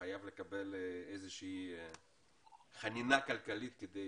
חייב לקבל איזושהי חנינה כלכלית כדי